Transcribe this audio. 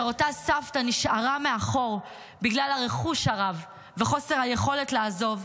אותה סבתא נשארה מאחור בגלל הרכוש הרב וחוסר היכולת לעזוב,